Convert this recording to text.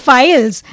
files